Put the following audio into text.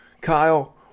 Kyle